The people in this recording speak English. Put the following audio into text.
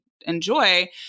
enjoy